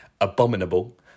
Abominable